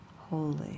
holy